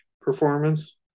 performance